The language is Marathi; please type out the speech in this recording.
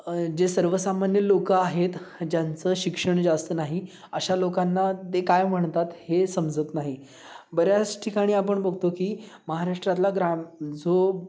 जे सर्वसामान्य लोकं आहेत ज्यांचं शिक्षण जास्त नाही अशा लोकांना ते काय म्हणतात हे समजत नाही बऱ्याच ठिकाणी आपण बघतो की महाराष्ट्रातला ग्राम जो